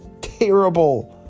terrible